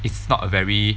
it's not a very